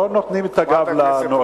לא נותנים את הגב לנואם.